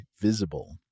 Visible